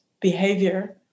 behavior